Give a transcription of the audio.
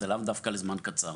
זה לאו דווקא לזמן קצר.